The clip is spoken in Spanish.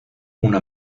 una